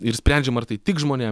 ir sprendžiam ar tai tiks žmonėm